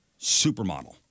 supermodel